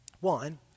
One